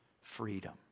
freedom